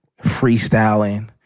Freestyling